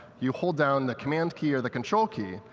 you hold down the command key, or the control key,